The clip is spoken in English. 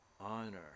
honor